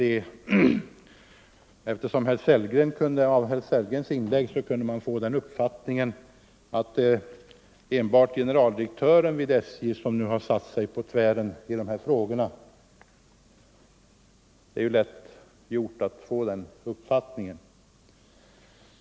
Eftersom man av herr Sellgrens inlägg lätt kunde få uppfattningen att det enbart är generaldirektören vid SJ som har satt sig på tvären i de här frågorna, vill jag tillägga följande.